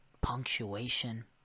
punctuation